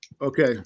Okay